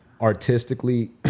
artistically